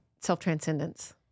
self-transcendence